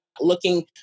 looking